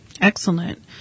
Excellent